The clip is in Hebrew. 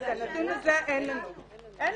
את הנתון הזה אין לנו.